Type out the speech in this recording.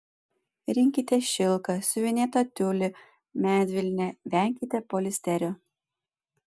rinkitės šilką siuvinėtą tiulį medvilnę venkite poliesterio